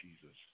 Jesus